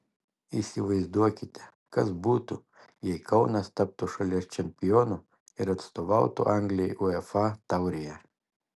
įsivaizduokite kas būtų jei kaunas taptų šalies čempionu ir atstovautų anglijai uefa taurėje